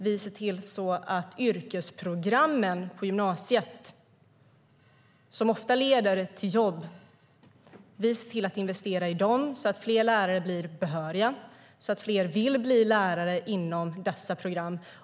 Vi investerar i yrkesprogrammen på gymnasiet, som ofta leder till jobb, så att fler lärare blir behöriga och så att fler vill bli lärare inom dessa program.